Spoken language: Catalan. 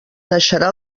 naixerà